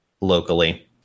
locally